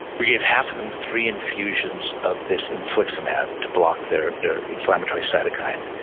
we gave half of them three infusions of this infliximab to block their their inflammatory cytokine,